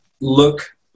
look